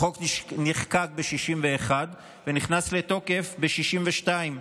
החוק נחקק ב-1961 ונכנס לתוקף ב-1962.